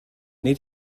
wnei